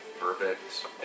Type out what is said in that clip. Perfect